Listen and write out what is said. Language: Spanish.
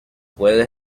pueden